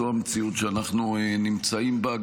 זו המציאות שאנחנו נמצאים בה,